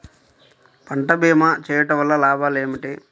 పంట భీమా చేయుటవల్ల లాభాలు ఏమిటి?